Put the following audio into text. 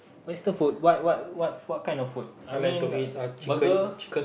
where's the food what what what what kind of food I mean burger